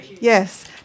yes